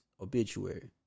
obituary